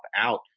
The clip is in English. out